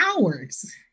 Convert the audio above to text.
hours